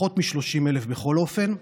פחות מ-30,000 בכל אופן,